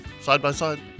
side-by-side